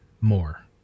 more